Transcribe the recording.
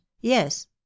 yes